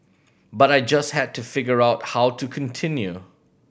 but I just had to figure out how to continue